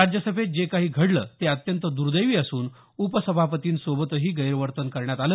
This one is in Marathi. राज्यसभेत जे काही घडलं ते अत्यंत दुर्देवी असून उपसभापतींसोबतही गैरवर्तन करण्यात आलं